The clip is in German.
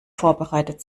vorbereitet